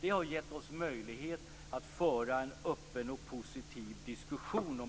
Det har gett oss möjlighet att föra en öppen och positiv diskussion